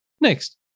Next